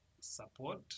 support